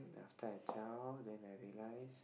after I zao then I realised